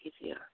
easier